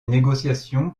négociations